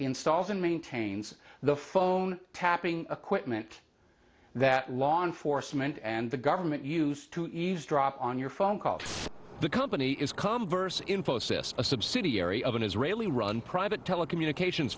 and maintains the phone tapping equipment that law enforcement and the government used to eavesdrop on your phone calls the company is comverse infosys a subsidiary of an israeli run private telecommunications